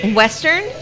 western